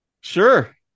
sure